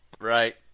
Right